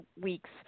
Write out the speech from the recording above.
weeks